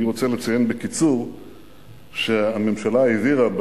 אני רוצה לציין בקיצור שהממשלה העבירה,